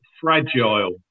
fragile